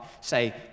say